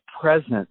presence